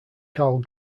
karl